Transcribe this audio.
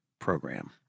Program